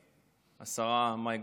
השרה מאי גולן, נכון?